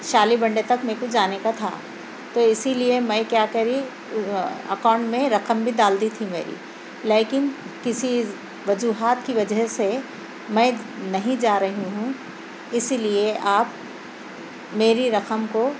شالی بنڈے تک میرے کو جانے کا تھا تو اسی لئے میں کیا کری اکاؤنٹ میں رقم بھی ڈال دی تھی میری لیکن کسی وجوہات کی وجہ سے میں نہیں جا رہی ہوں اس لئے آپ میری رقم کو